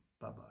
Bye-bye